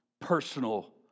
personal